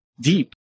deep